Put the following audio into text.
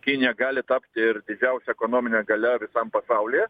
kinija gali tapti ir didžiausia ekonomine galia pasaulyje